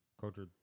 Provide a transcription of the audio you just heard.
Culture